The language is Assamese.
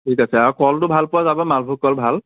ঠিক আছে আৰু কলটো ভাল পোৱা যাব মালভোগ কল ভাল